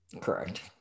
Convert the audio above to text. Correct